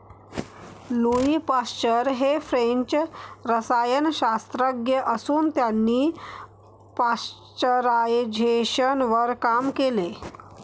Louis Pasteur हे French रसायनशास्त्रज्ञ असून त्यांनी पाश्चरायझेशनवर काम केले